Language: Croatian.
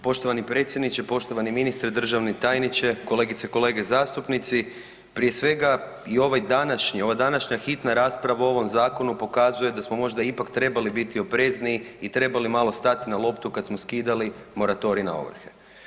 Poštovani predsjedniče, poštovani ministre, državni tajniče, kolegice i kolege zastupnici prije svega i ovaj današnji, ova današnja hitna rasprava o ovom zakonu pokazuje da smo možda ipak trebali biti oprezniji i trebali malo stati na loptu kad smo skidali moratorij na ovrhe.